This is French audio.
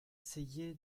essayé